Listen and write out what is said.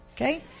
Okay